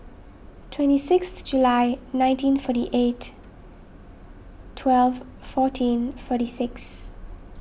twenty six July nineteen forty eight twelve fourteen forty six